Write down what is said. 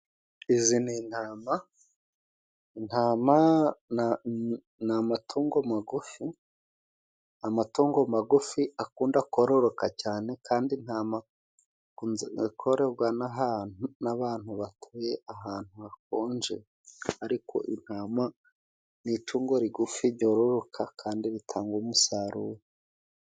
Izi ni intama intama ni amatungo magufi; amatungo magufi akunda kororoka cyane kandi intama kunze korerwa n'ahantu n'abantu batuye ahantu hakonje, ariko intama ni itungo rigufi ryororoka kandi ritanga umusaruro.